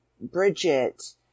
Bridget